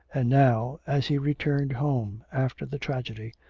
and now, as he returned home after the tragedy,